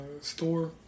store